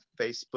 Facebook